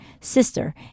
sister